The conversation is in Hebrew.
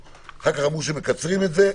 אחר כך אמרו שמקצרים את זה.